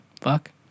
fuck